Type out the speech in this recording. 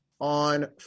on